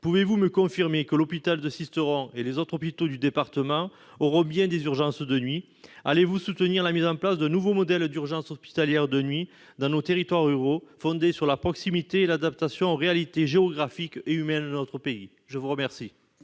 pouvez-vous me confirmer que l'hôpital de Sisteron et les autres hôpitaux du département auront bien des urgences de nuit ? Allez-vous soutenir la mise en place d'un nouveau modèle pour les urgences hospitalières de nuit dans nos territoires ruraux, fondé sur la proximité et adapté aux réalités géographiques et humaines de notre pays ? La parole